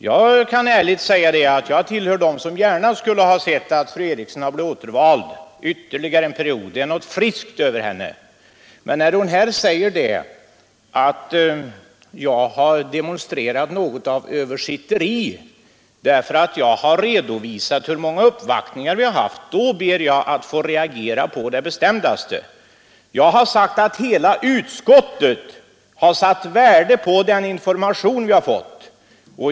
Jag kan ärligt säga att jag tillhör dem som gärna skulle ha sett att fru Eriksson skulle blivit återvald ytterligare en period. Det är någonting friskt över henne. Men när fru Eriksson nu här säger, att jag har demonstrerat något av ett översitteri därför att jag redovisar hur många uppvaktningar vi har haft, då ber jag att få reagera på det bestämdaste. Jag har sagt att hela utskottet har satt värde på den information vi har fått.